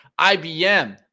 ibm